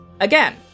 Again